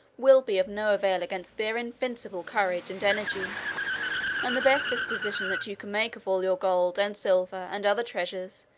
will be of no avail against their invincible courage and energy and the best disposition that you can make of all your gold, and silver, and other treasures,